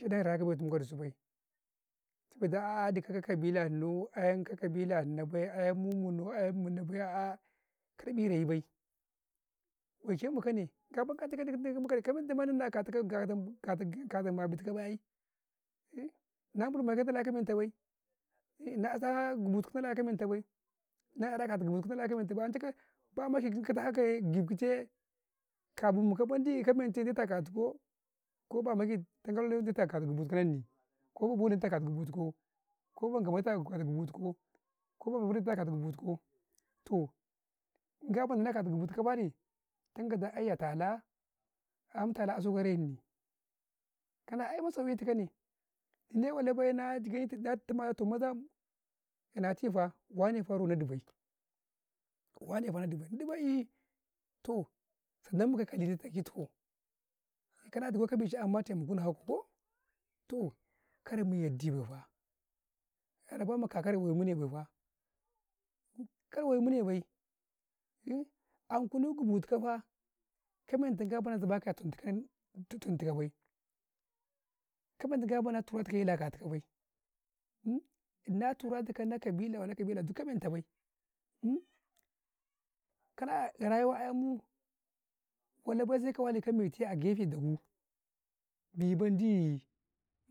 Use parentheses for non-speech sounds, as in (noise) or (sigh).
Raya damu ka dusu bay, tume daa a'ah dukka kabila enna bay, ayan munau, ayan munai bay, mi kane ga bakkatu ka (unintelligible) na bulma kai maka men bai, (unintelligible) gi ki can yee, (unintelligible) amman ka men ta bay, anca dai gi'ii gida bay, kafin mu kau mendi na yaa katu kau, (unintelligible) ko ba bole ko (unintelligible) ko ba hulatani, akata (unintelligible) jaa wandi ca boba tu ka yee, tan kaa, ayyaa talaa, ga 'yam tala a sai ka rai Nnii, kana ai ma sauki tu kanee, indai (unintelligible) kuna tifaa wane faa, nadii bay nadi bay ii, toh san nan mukau wule gi tu kau, ka na, kau ka bicam ma te ma kin ka nan koo, toh kar mu yardii, bay faa, rabama kakare muwediba fa, kawai muneay, (hesitation) ankunii, gumu tuka faa, ka menti ka bayy, (hesitation) na tura tu kau dan kabila - waya -waya, ka men tuka bayy, (hesitation) kana 'yara men ayam. muu. wallah sai ka walii ka me tai da guu bii mendii yare muka bai maa